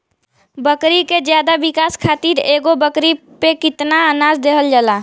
बकरी के ज्यादा विकास खातिर एगो बकरी पे कितना अनाज देहल जाला?